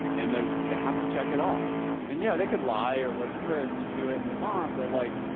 and there's, they have to check it off and yeah, they could lie or whatever and just do it and move on. but like,